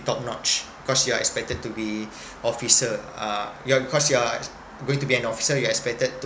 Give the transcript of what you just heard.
top notch cause you are expected to be officer uh yeah cause you are going to be an officer you expected